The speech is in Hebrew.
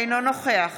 אינו נוכח